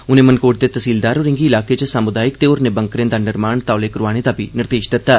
उनें मनकोट दे तैह्सीलदार होरें'गी इलाके च सामुदायिक ते होरने बंकरें दा निर्माण तौले करोआने दा बी निर्देश दित्ता